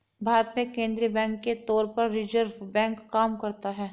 भारत में केंद्रीय बैंक के तौर पर रिज़र्व बैंक काम करता है